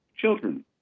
children